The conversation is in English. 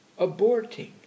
aborting